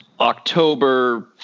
October